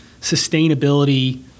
sustainability